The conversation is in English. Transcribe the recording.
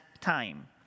time